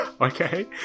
Okay